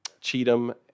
Cheatham